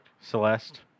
Celeste